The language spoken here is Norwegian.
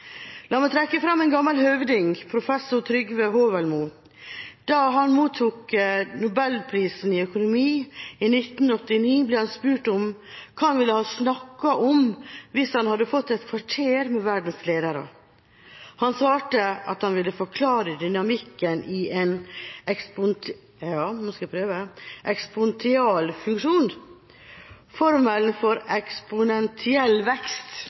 La meg trekke fram en gammel høvding, professor Trygve Haavelmo. Da han mottok Nobelprisen i økonomi i 1989, ble han spurt hva han ville ha snakket om hvis han hadde fått et kvarter med verdens ledere. Han svarte at han ville forklart dynamikken i en eksponentialfunksjon, formelen for eksponentiell vekst.